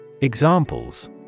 Examples